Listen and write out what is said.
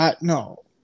no